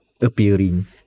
appearing